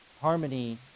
harmony